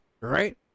right